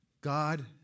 God